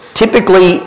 typically